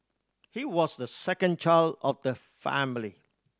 he was the second child of the family